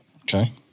Okay